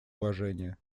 уважения